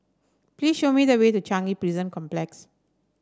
please show me the way to Changi Prison Complex